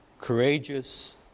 courageous